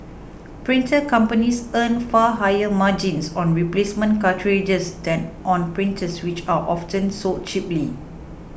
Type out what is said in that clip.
printer companies earn far higher margins on replacement cartridges than on printers which are often sold cheaply